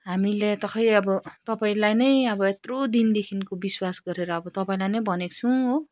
हामीले त खै अब तपाईँलाई नै अब यत्रो दिनदेखिको विश्वास गरेर अब तपाईँलाई नै भनेको छु हो